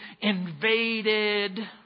invaded